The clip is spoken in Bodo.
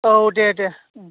औ दे दे